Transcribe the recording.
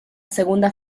segunda